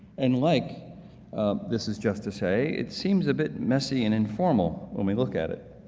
and like this is just to say, it seems a bit messy and informal when we look at it.